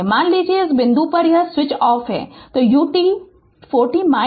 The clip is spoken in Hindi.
मान लीजिए कि इस बिंदु पर यह स्विच ऑफ है तो 4 t ut 4 t ut 3